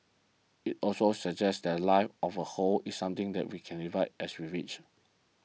it also suggests that life of a whole is something that we can divide as we wish